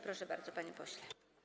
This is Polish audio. Proszę bardzo, panie pośle.